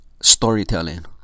storytelling